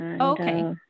okay